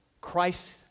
Christ